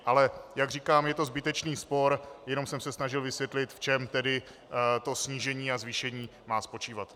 Ale jak říkám, je to zbytečný spor, jenom jsem se snažil vysvětlit, v čem tedy to snížení a zvýšení má spočívat.